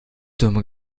dumme